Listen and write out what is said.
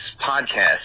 podcast